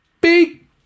big